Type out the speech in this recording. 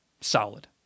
solid